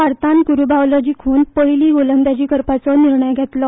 भारतान कुरुबावलो जिखून पयली गोलंदाजी करपाचो निर्णय घेतलो